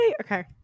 okay